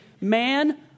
man